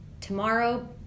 tomorrow